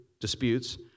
disputes